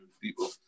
people